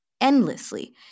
endlessly